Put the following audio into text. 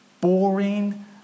boring